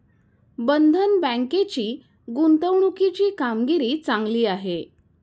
बंधन बँकेची गुंतवणुकीची कामगिरी चांगली आहे